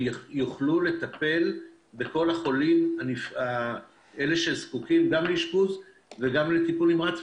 יוכלו לטפל בכל החולים שזקוקים לאשפוז ולטיפול נמרץ,